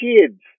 kids